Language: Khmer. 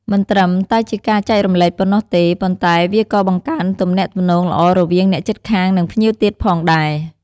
មិនត្រឹមតែជាការចែករំលែកប៉ុណ្ណោះទេ ប៉ុន្តែវាក៏បង្កើនទំនាក់ទំនងល្អរវៀងអ្នកជិតខាងនិងភ្ញៀវទៀតផងដែរ។